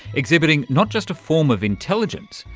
exhibiting not just a form of intelligence,